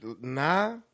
Nah